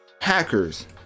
hackers